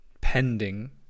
Pending